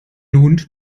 hund